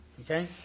Okay